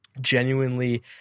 genuinely